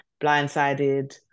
Blindsided